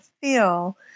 feel